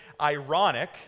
ironic